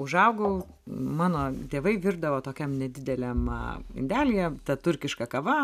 užaugau mano tėvai virdavo tokiam nedideliam indelyje ta turkiška kava